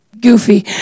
goofy